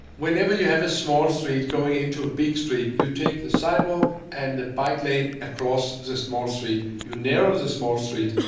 whenever you have a small street going into a big street, you take the sidewalk and the bike lane across the small street. you narrow the small street,